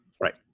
Right